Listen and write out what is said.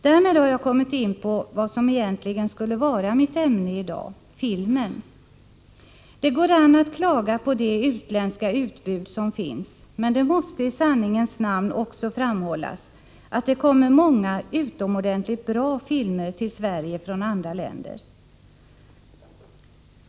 Därmed har jag kommit in på vad som egentligen skulle vara mitt ämne i dag: filmen. Det går an att klaga på det utländska utbud som finns, men det måste i sanningens namn också framhållas att det kommer många utomordentligt bra filmer till Sverige från andra länder.